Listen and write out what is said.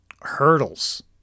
hurdles